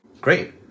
Great